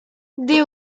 des